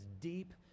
deep